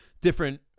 different